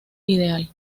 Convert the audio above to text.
ideal